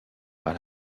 par